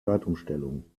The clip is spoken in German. zeitumstellung